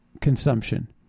consumption